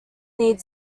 need